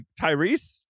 Tyrese